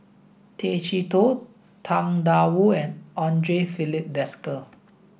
Tay Chee Toh Tang Da Wu and Andre Filipe Desker